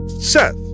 Seth